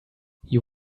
you